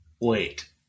Wait